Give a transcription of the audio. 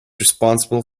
responsible